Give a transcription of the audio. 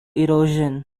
erosion